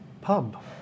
pub